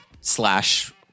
slash